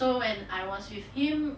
so when I was with him